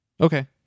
okay